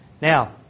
Now